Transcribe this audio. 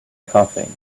coughing